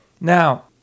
Now